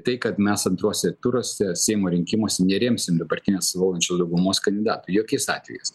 tai kad mes antruose turuose seimo rinkimus neremsim dabartinės valdančios daugumos kandidatų jokiais atvejais